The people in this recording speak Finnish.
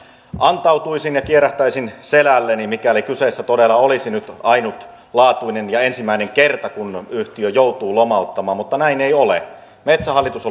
antautuisin ja kierähtäisin selälleni mikäli kyseessä todella olisi nyt ainutlaatuinen ja ensimmäinen kerta kun yhtiö joutuu lomauttamaan mutta näin ei ole metsähallitus